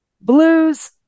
blues